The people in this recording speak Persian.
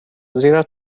زیرا